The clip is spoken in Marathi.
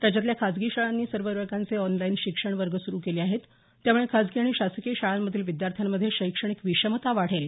राज्यातल्या खासगी शाळांनी सर्व वर्गांचे ऑनलाईन शिक्षण सुरू केले आहे यामुळे खासगी आणि शासकीय शाळांतील विद्यार्थ्यांमध्ये शैक्षणिक विषमता वाढेल